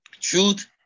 Truth